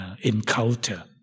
encounter